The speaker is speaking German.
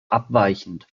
abweichend